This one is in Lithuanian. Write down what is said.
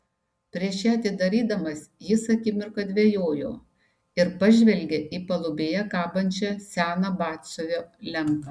prieš ją atidarydamas jis akimirką dvejojo ir pažvelgė į palubėje kabančią seną batsiuvio lempą